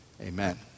Amen